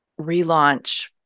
relaunch